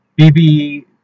BB